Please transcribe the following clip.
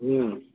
جی